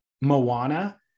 Moana